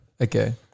Okay